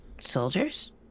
soldiers